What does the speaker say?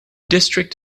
district